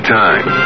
time